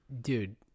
Dude